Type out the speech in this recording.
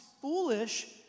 foolish